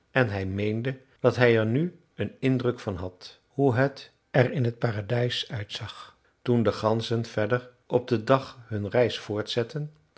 en hij meende dat hij er nu een indruk van had hoe het er in t paradijs uitzag toen de ganzen verder op den dag hun reis voortzetten